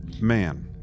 Man